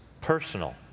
personal